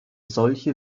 solche